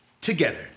Together